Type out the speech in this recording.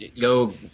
Go –